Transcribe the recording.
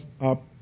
up